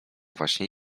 właśnie